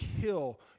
kill